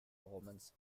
romans